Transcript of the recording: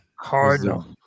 Cardinal